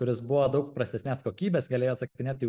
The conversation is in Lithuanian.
kuris buvo daug prastesnės kokybės galėjo atsakinėti į